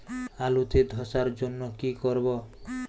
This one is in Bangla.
আলুতে ধসার জন্য কি করব?